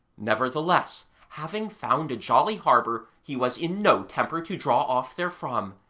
nevertheless, having found a jolly harbour, he was in no temper to draw off therefrom,